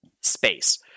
space